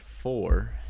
four